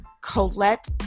Colette